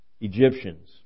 Egyptians